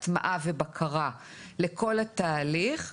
הטמעה ובקרה לכל התהליך,